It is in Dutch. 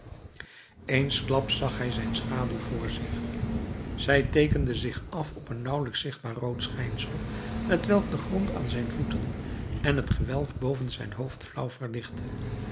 eensklaps zag hij zijn schaduw voor zich zij teekende zich af op een nauwelijks zichtbaar rood schijnsel t welk den grond aan zijn voeten en het gewelf boven zijn hoofd flauw verlichtte